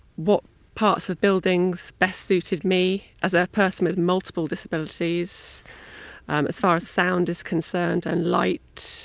what parts of buildings best suited me as a person with multiple disabilities um as far as sound is concerned and light.